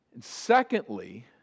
Secondly